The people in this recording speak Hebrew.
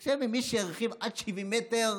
חבר'ה, מי שהרחיב עד 70 מטר,